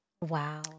Wow